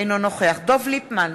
אינו נוכח דב ליפמן,